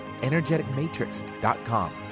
energeticmatrix.com